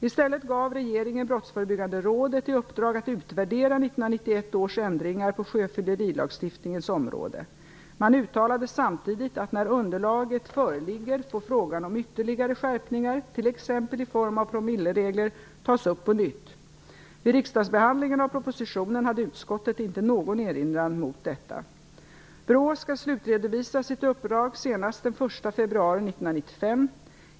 I stället gav regeringen Brottsförebyggande rådet i uppdrag att utvärdera 1991 års ändringar på sjöfyllerilagstiftningens område. Man uttalade samtidigt att när underlaget föreligger får frågan om ytterligare skärpningar - t.ex. i form av promilleregler - tas upp på nytt. Vid riksdagsbehandlingen av propositionen hade utskottet inte någon erinran mot detta. BRÅ skall slutredovisa sitt uppdrag senast den 1 februari 1995.